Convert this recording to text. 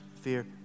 fear